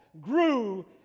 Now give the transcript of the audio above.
grew